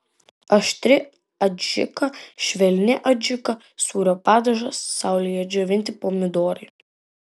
aštri adžika švelni adžika sūrio padažas saulėje džiovinti pomidorai